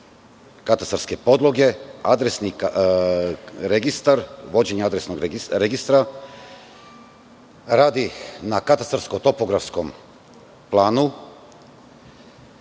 registar, vođenje adresnog registra, radi na katastarsko-topografskom planu,